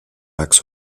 max